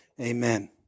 Amen